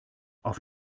auf